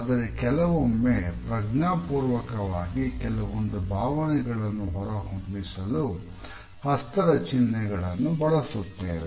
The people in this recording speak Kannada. ಆದರೆ ಕೆಲವೊಮ್ಮೆ ಪ್ರಜ್ಞಾಪೂರ್ವಕವಾಗಿ ಕೆಲವೊಂದು ಭಾವನೆಗಳನ್ನು ಹೊರಹೊಮ್ಮಿಸಲು ಹಸ್ತದ ಚಿಹ್ನೆಗಳನ್ನು ಬಳಸುತ್ತೇವೆ